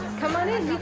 come on in,